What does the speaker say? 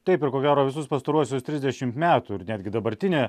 taip ir ko gero visus pastaruosius trisdešimt metų ir netgi dabartinė